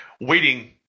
waiting